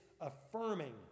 affirming